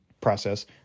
process